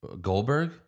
Goldberg